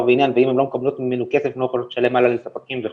ועניין ואם הן לא מקבלות מאיתנו כסף הן לא יכולות לשלם הלאה לספקים וכו'.